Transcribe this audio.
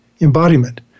embodiment